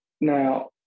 Now